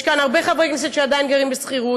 יש כאן הרבה חברי כנסת שעדיין גרים בשכירות,